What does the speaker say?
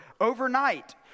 overnight